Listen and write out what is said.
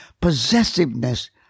Possessiveness